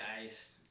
guys